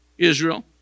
Israel